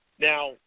Now